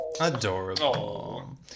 Adorable